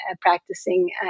practicing